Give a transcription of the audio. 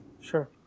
Sure